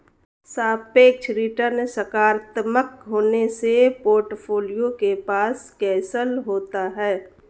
सापेक्ष रिटर्न सकारात्मक होने से पोर्टफोलियो के पास कौशल होता है